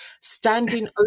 standing